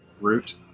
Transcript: Root